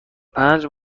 پنج